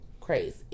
crazy